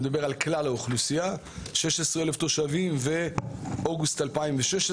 אני מדבר על כלל האוכלוסייה ובאוגוסט 2016,